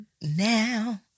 Now